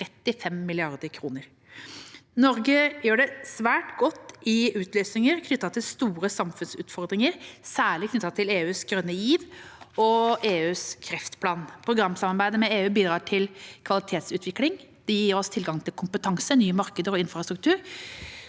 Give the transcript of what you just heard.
Norge gjør det svært godt i utlysninger knyttet til store samfunnsutfordringer, særlig koblet til EUs grønne giv og EUs kreftplan. Programsamarbeidet med EU bidrar til kvalitetsutvikling og gir tilgang til kompetanse, nye markeder og infrastruktur